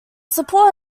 support